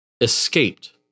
escaped